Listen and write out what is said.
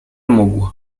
mógł